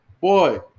Boy